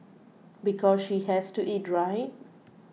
because she has to eat right